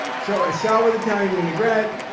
so a salad with italian vinaigrette.